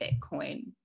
bitcoin